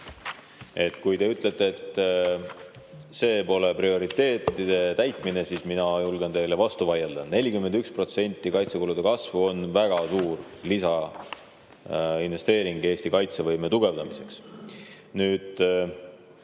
Kui te ütlete, et see pole prioriteetide täitmine, siis mina julgen teile vastu vaielda: 41% kaitsekulude kasvu on väga suur lisainvesteering Eesti kaitsevõime tugevdamiseks. Mis